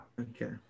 Okay